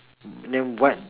then what